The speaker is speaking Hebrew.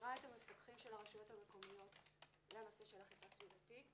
מכשירה את המפקחים של הרשויות המקומיות לנושא של אכיפה סביבתית